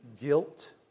guilt